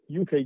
UK